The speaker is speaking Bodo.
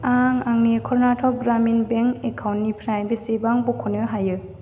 आं आंनि कर्नाटक ग्रामिन बेंक एकाउन्टनिफ्राय बेसेबां बख'नो हायो